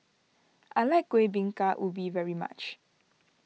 I like Kuih Bingka Ubi very much